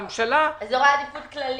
אזורי עדיפות כלליים?